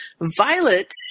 Violet